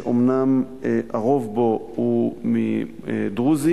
שאומנם הרוב בו הוא דרוזי,